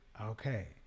Okay